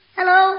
Hello